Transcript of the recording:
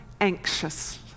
anxious